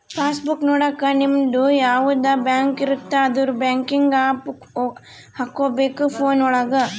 pass book ನೊಡಕ ನಿಮ್ಡು ಯಾವದ ಬ್ಯಾಂಕ್ ಇರುತ್ತ ಅದುರ್ ಬ್ಯಾಂಕಿಂಗ್ ಆಪ್ ಹಕೋಬೇಕ್ ಫೋನ್ ಒಳಗ